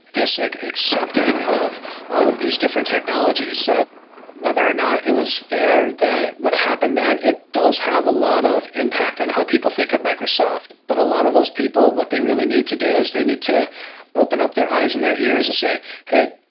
this like accepting of all of these different technologies so whether or not it was fair that what happened then, it does have a lot of impact on how people think of microsoft. but a lot of those people, what they really need to do is they need to open up their eyes and their ears and say, hey,